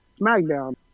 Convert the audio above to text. SmackDown